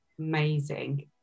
amazing